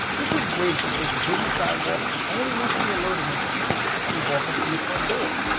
this is great if you face a busy sidewalk and only want to be alerted when people actually walk up to your front door.